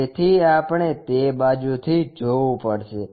તેથી આપણે તે બાજુથી જોવું પડશે